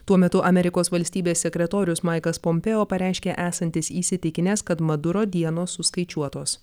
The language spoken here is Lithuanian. tuo metu amerikos valstybės sekretorius maiklas pompėo pareiškė esantis įsitikinęs kad maduro dienos suskaičiuotos